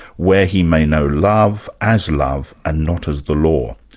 where he may know love as love, and not as the law.